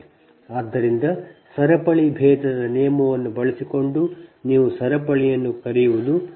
ಆದ್ದರಿಂದ ಸರಪಳಿ ಭೇದದ ನಿಯಮವನ್ನು ಬಳಸಿಕೊಂಡು ನೀವು ಸರಪಣಿಯನ್ನು ಕರೆಯುವುದು ಇದು